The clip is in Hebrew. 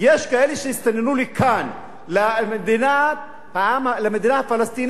יש כאלו שהסתננו לכאן, למדינה הפלסטינית.